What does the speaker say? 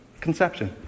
conception